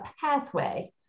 pathway